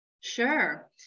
Sure